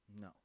No